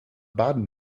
baden